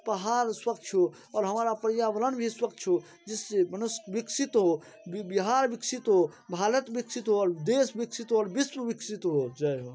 पहाड़ स्वच्छ हो और हमारा पर्यावरण भी स्वच्छ हो जिससे मनुष्य विकसित हो बिहार विकसित हो भारत विकसित हो देश विकसित हो और विश्व विकसित हो जय हो